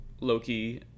Loki